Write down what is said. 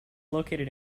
located